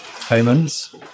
payments